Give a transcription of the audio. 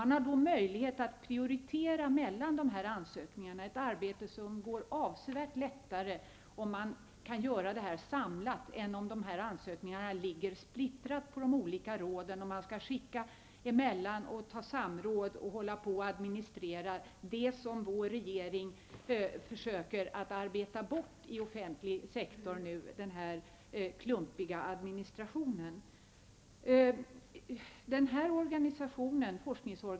Man har då möjlighet att prioritera mellan dessa ansökningar. Det arbetet går avsevärt lättare om man kan göra det samlat än om ansökningarna ligger splittrade på de olika råden och man skall skicka dem emellan sig och ha samråd. Det är sådan klumpig administration som den här regeringen försöker arbeta bort i den offentliga sektorn.